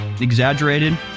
exaggerated